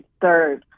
third